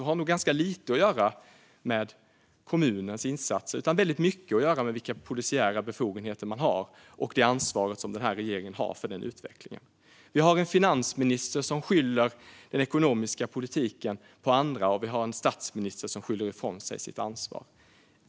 Den har nog ganska lite att göra med kommunens insatser men väldigt mycket att göra med vilka polisiära befogenheter som finns och det ansvar som regeringen har för denna utveckling. Vi har en finansminister som skyller den ekonomiska politiken på andra, och vi har en statsminister som skyller ifrån sig sitt ansvar.